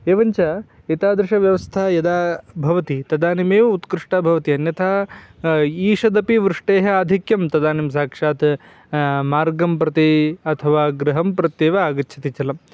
एवं च एतादृशी व्यवस्था यदा भवति तदानीमेव उत्कृष्टा भवति अन्यथा ईषदपि वृष्टेः आधिक्यं तदानीं साक्षात् मार्गं प्रति अथवा गृहं प्रत्येव आगच्छति जलम्